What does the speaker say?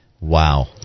Wow